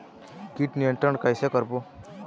कीट नियंत्रण कइसे करबो?